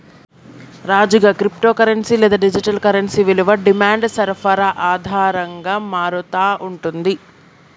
రాజుగా, crypto currency లేదా digital currency విలువ డిమాండ్ సరఫరా ఆధారంగా మారతా ఉంటుంది